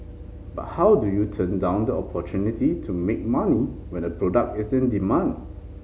but how do you turn down the opportunity to make money when a product is in demand